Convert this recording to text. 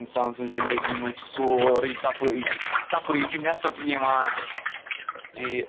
اِنسان سٕنٛزِ زِنٛدگِی منٛز چھِ سورُے صفٲیِی صفٲیِی چھِ نیٚصف ایٖمان یہِ